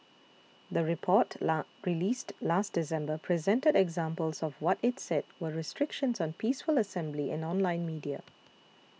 the report la released last December presented examples of what it said were restrictions on peaceful assembly and online media